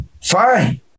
Fine